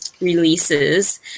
releases